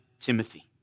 Timothy